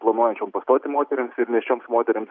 planuojančiom pastoti moterims ir nėščioms moterims